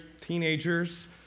teenagers